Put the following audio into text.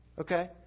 Okay